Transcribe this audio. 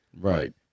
Right